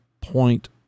point